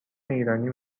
ایرانی